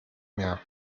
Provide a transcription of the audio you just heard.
mehr